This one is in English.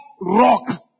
rock